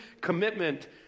commitment